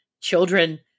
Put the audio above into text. Children